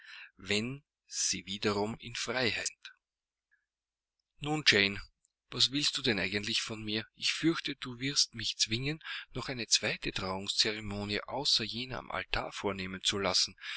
wenn sie wiederum in freiheit sind nun jane was willst du denn eigentlich von mir ich fürchte du wirst mich zwingen noch eine zweite trauungsceremonie außer jener am altar vornehmen zu lassen